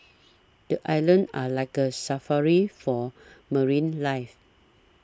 the islands are like a safari for marine life